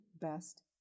best